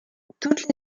toutes